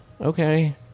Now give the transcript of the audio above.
okay